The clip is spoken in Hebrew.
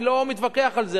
אני לא מתווכח על זה,